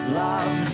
love